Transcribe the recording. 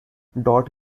dot